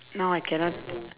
now I cannot